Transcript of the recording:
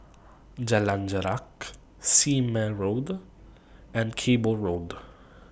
Jalan Jarak Sime Road and Cable Road